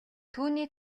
түүний